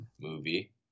movie